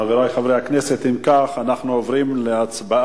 חברי חברי הכנסת, אם כך, אנחנו עוברים להצבעה.